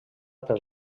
pel